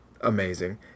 amazing